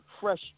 fresh